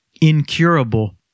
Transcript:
incurable